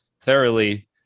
thoroughly –